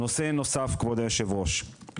נושא נוסף, כבוד היושב-ראש,